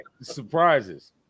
Surprises